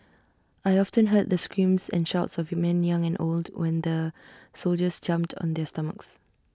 I often heard the screams and shouts of men young and old when the soldiers jumped on their stomachs